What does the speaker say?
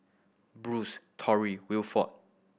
Bruce Tory Wilford